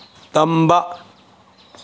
ꯇꯝꯕ